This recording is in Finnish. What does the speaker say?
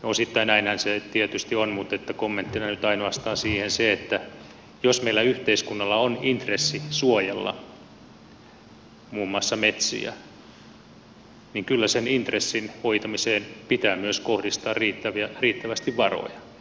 osittain näinhän se tietysti on mutta kommenttina nyt ainoastaan siihen se että jos meillä yhteiskunnalla on intressi suojella muun muassa metsiä niin kyllä sen intressin hoitamiseen pitää myös kohdistaa riittävästi varoja